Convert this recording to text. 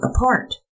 apart